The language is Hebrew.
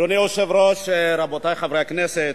אדוני היושב-ראש, רבותי חברי הכנסת,